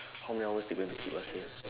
how many hours they want to keep us here